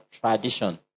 tradition